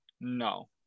No